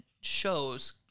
shows